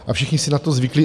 A všichni si na to zvykli.